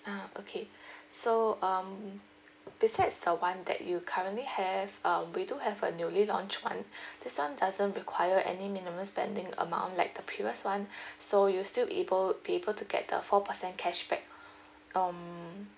ah okay so um besides the [one] that you currently have um we do have a newly launched one this one doesn't require any minimum spending amount like the previous one so you'll still able be able to get the four percent cashback um